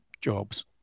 jobs